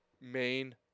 main